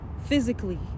physically